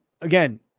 again